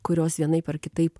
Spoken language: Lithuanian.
kurios vienaip ar kitaip